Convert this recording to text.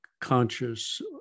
conscious